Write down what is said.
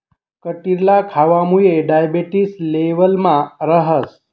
कटिरला खावामुये डायबेटिस लेवलमा रहास